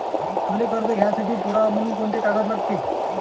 मले कर्ज घ्यासाठी पुरावा म्हनून कुंते कागद लागते?